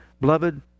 beloved